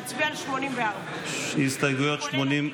להצביע על 84. הסתייגויות 82,